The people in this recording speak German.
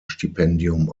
stipendium